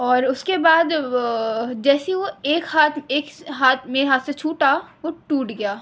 اور اس کے بعد جیسی وہ ایک ہاتھ ایک ہاتھ میرے ہاتھ سے چھوٹا وہ ٹوٹ گیا